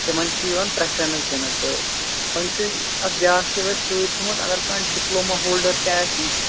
تِمَن چھِ یِوَان پرٛٮ۪فرَنٕس دِنہٕ تہٕ وۄنۍ چھُ اکھ بیٛاکھ چھِ اَسہِ سۭتۍ تھومُت اگر کانٛہہ ڈِپلوما ہولڈَر تہِ آسہِ